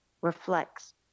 reflects